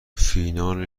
فینال